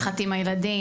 התחלתי עם הילדים,